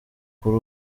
kuri